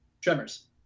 Tremors